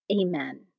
Amen